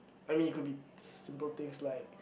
I mean it could be simple things like